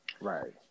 Right